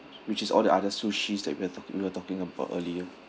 which is all the other sushi's that we're talking we're talking about earlier